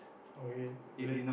okay